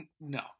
no